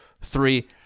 three